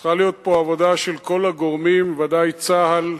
צריכה להיות פה עבודה של כל הגורמים, בוודאי צה"ל.